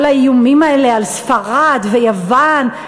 כל האיומים האלה על ספרד ויוון,